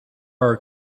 are